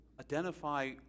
identify